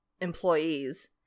Employees